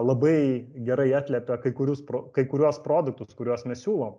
labai gerai atliepia kai kurius pro kai kuriuos produktus kuriuos mes siūlom